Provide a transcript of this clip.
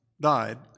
died